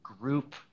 group